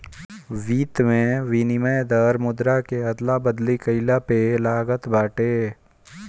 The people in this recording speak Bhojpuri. वित्त में विनिमय दर मुद्रा के अदला बदली कईला पअ लागत बाटे